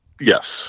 Yes